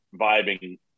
vibing